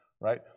right